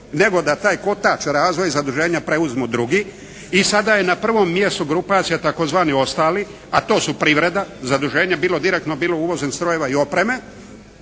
nego da taj kotač razvoj i zaduženje preuzmu drugi i sada je na prvom mjestu grupacija tzv. ostali, a to su privreda, zaduženje bilo direktno bilo uvoznih strojeva i opreme